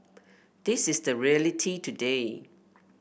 this is the reality today